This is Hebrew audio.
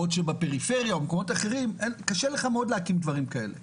בעוד שבפריפריה ובמקומות אחרים קשה לך מאוד להקים דברים כאלה,